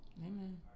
Amen